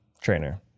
trainer